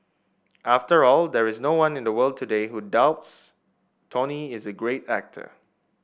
after all there is no one in the world today who doubts Tony is a great actor